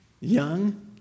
young